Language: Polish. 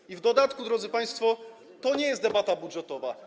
I w dodatku, drodzy państwo, to nie jest debata budżetowa.